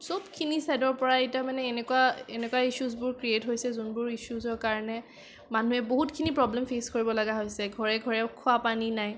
চবখিনি চাইডৰ পৰা মানে এনেকুৱা এনেকুৱা ইছ্যুচবোৰ ক্ৰিয়েট হৈছে যোনবোৰ ইছ্যুজৰ কাৰণে মানুহে বহুতখিনি প্ৰবলেম ফেচ কৰিবলগীয়া হৈছে ঘৰে ঘৰে খোৱাপানী নাই